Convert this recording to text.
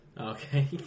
Okay